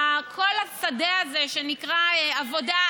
כל השדה הזה שנקרא עבודה,